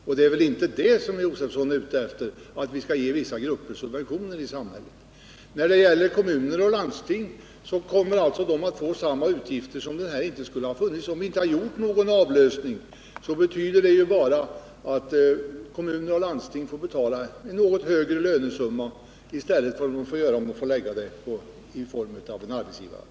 Och det är väl inte det herr Josefson är ute efter, att vi skall ge vissa grupper i samhället subventioner? När det gäller kommuner och landsting, så kommer alltså dessa att få samma utgifter som om vi inte skulle ha gjort någon avlösning. Det betyder bara att kommuner och landsting får betala en något högre lönesumma i stället för att lägga det på en arbetsgivaravgift.